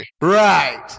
Right